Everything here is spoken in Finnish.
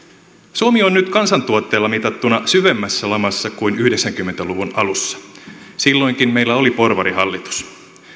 suomi on nyt kansantuotteella mitattuna syvemmässä lamassa kuin yhdeksänkymmentä luvun alussa silloinkin meillä oli porvarihallitus